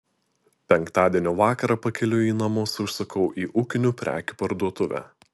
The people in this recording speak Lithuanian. penktadienio vakarą pakeliui į namus užsukau į ūkinių prekių parduotuvę